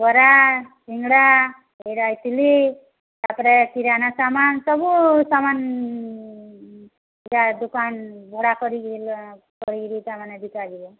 ବରା ସିଙ୍ଗଡ଼ା ଏଇରା ଇଟିଲି ତାପରେ କିରାନୀ ସାମାନ ସବୁ ସାମାନ ପୁରା ଦୋକାନ ଭଡ଼ା କରିକି ହେଲା କରିକି ତାମାନେ ବିକାଯିବ